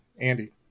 Andy